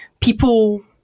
people